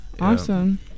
Awesome